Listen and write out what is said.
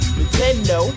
Nintendo